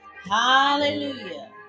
Hallelujah